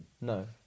No